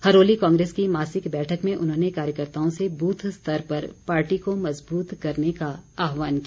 हरोली कांग्रेस की मासिक बैठक में उन्होंने कार्यकर्ताओं से बूथ स्तर पर पार्टी को मजबूत करने का आह्वान किया